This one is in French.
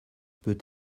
peut